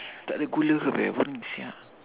tak ada gula ke apa boring sia